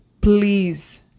please